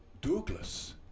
Douglas